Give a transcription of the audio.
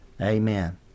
Amen